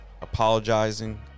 apologizing